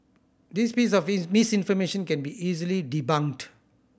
this piece of misinformation can be easily debunked